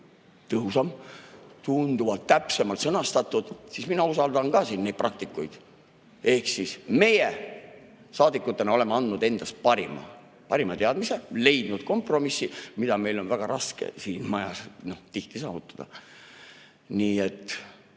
tõhusam ja tunduvalt täpsemalt sõnastatud, siis mina usaldan praktikuid. Meie saadikutena oleme andnud endast parima, parima teadmise, leidnud kompromissi, mida meil on väga raske siin majas tihti saavutada. Nii et